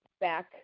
back